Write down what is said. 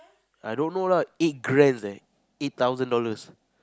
I don't know lah eight grand eh eight thousand dollars